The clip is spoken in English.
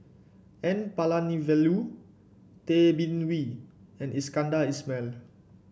N Palanivelu Tay Bin Wee and Iskandar Ismail